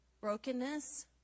brokenness